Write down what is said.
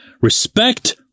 Respect